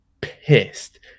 pissed